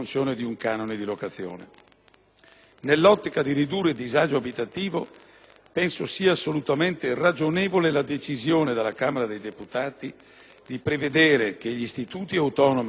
Nell'ottica di ridurre il disagio abitativo, penso sia assolutamente ragionevole la decisione della Camera dei deputati di prevedere che gli istituti autonomi case popolari (IACP)